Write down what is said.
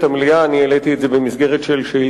ואי-אפשר להדליק מדורות בנגב עכשיו.